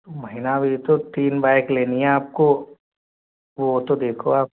महीना भी तो तीन बाइक लेनी है आपको वह तो देखो आप